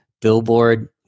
billboard